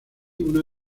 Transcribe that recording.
una